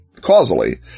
causally